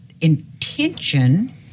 intention